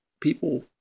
people